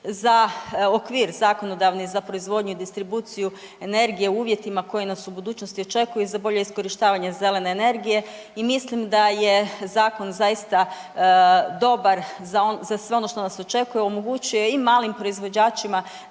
za okvir zakonodavni za proizvodnju i distribuciju energije u uvjetima koji nas u budućnosti očekuju i za bolje iskorištavanje zelene energije. I mislim da je zakon zaista dobar za sve ono što nas očekuje. Omogućuje i malim proizvođačima